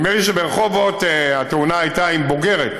נדמה לי שברחובות התאונה הייתה עם בוגרת,